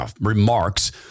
remarks